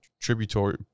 tributary